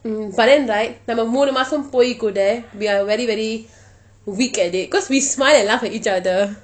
mm but then right like நம்ம மூனு மாசம் போயி கூட:namma moonu maasam poyi kooda we are very very weak at it cause we smile and laugh at each other